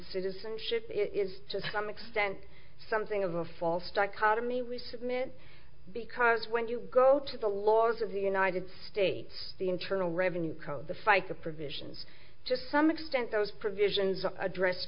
citizenship it is to some extent something of a false dichotomy we submit because when you go to the laws of the united states the internal revenue code the fica provisions to some extent those provisions are address